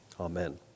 amen